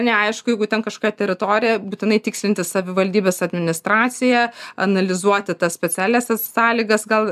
neaišku jeigu ten kažkokia teritorija būtinai tikslintis savivaldybės administracija analizuoti tas specialiąsias sąlygas gal